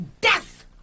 Death